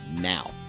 now